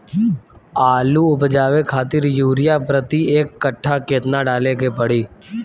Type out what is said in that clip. आलू उपजावे खातिर यूरिया प्रति एक कट्ठा केतना डाले के पड़ी?